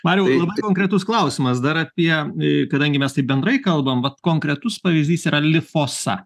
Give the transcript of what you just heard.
mariau labai konkretus klausimas dar apie ė kadangi mes taip bendrai kalbam vat konkretus pavyzdys yra lifosa